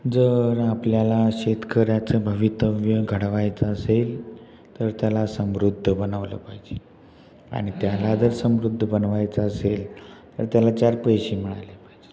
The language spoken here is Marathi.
जर आपल्याला शेतकऱ्याचं भवितव्य घडवायचं असेल तर त्याला समृद्ध बनवलं पाहिजे आणि त्याला जर समृद्ध बनवायचं असेल तर त्याला चार पैसे मिळाले पाहिजे